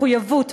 מחויבות,